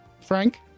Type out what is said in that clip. Frank